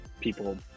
people